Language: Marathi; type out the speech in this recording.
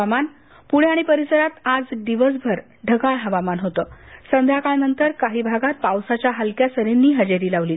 हवामान प्णे आणि परिसरात आज दिवसभर ढगाळ हवामान होतं संध्याकाळनंतर काही भागात पावसाच्या हलक्या सरींनी हजेरी लावली